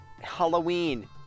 Halloween